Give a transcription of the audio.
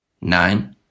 Nine